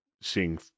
seeing